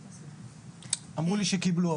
אמרו לי שקיבלו,